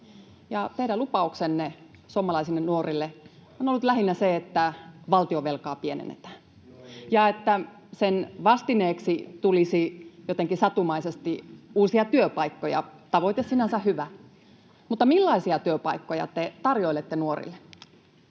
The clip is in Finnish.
Teidän lupauksenne suomalaisille nuorille on ollut lähinnä se, että valtionvelkaa pienennetään [Ben Zyskowiczin välihuuto] ja että sen vastineeksi tulisi jotenkin satumaisesti uusia työpaikkoja — tavoite sinänsä hyvä. Mutta millaisia työpaikkoja te tarjoilette nuorille?